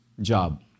job